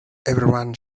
everyone